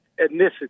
ethnicity